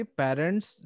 parents